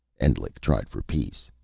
endlich tried for peace.